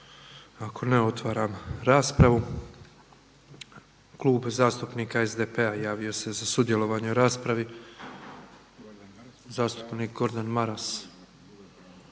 Ako ne otvaram raspravu. Klub zastupnika SDP-a javio se za sudjelovanje u raspravi. Zastupnik Gordan Maras.